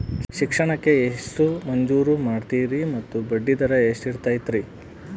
ಶಿಕ್ಷಣ ಸಾಲಕ್ಕೆ ಎಷ್ಟು ಮಂಜೂರು ಮಾಡ್ತೇರಿ ಮತ್ತು ಬಡ್ಡಿದರ ಎಷ್ಟಿರ್ತೈತೆ?